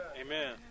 Amen